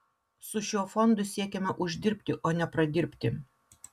su šiuo fondu siekiame uždirbti o ne pradirbti